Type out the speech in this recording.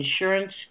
insurance